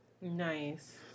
nice